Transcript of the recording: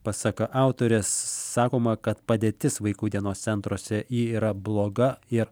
pasak autorės sakoma kad padėtis vaikų dienos centruose yra bloga ir